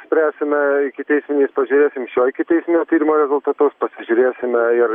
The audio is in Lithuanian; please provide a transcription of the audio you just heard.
spręsime ikiteisminiais pažiūrėsim šio ikiteisminio tyrimo rezultatus pasižiūrėsime ir